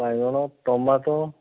ବାଇଗଣ ଟମାଟ